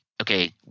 okay